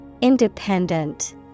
Independent